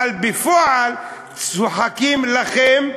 אבל בפועל צוחקים לכם בעיניים.